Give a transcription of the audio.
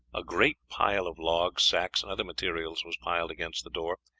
a great pile of logs, sacks, and other materials was piled against the door,